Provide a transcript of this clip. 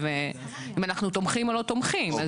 אם אנחנו תומכים או לא תומכים.